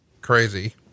crazy